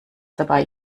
dabei